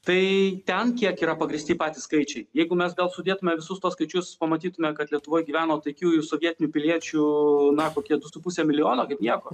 tai ten kiek yra pagrįsti patys skaičiai jeigu mes gal sudėtume visus tuos skaičius pamatytume kad lietuvoj gyveno taikiųjų sovietinių piliečių na kokie du su puse milijono kaip nieko